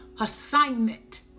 assignment